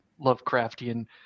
Lovecraftian